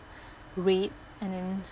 red and then